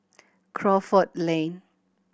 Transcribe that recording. Crawford Lane